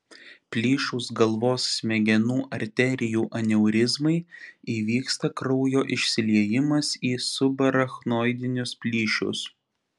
plyšus galvos smegenų arterijų aneurizmai įvyksta kraujo išsiliejimas į subarachnoidinius plyšius